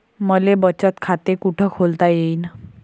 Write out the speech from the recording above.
मले बचत खाते कुठ खोलता येईन?